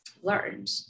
learned